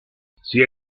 sia